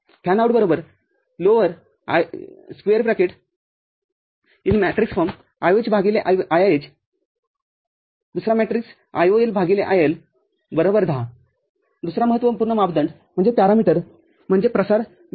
Fan out lower ।IOHIIH। ।IOLIIL। १० दुसरा महत्त्वपूर्ण मापदंड म्हणजे प्रसार विलंब